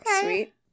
Sweet